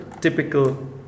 typical